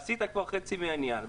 עשית כבר חצי מהעניין.